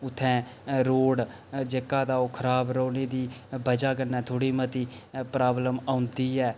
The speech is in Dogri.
उत्थै रोड़ जेह्का तां ओह् खराब रौह्ने दी बजह् कन्नै थोह्ड़ी मती प्राब्लम औंदी ऐ